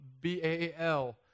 B-A-L